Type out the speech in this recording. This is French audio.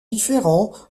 différents